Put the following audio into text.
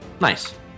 Nice